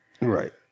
Right